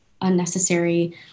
unnecessary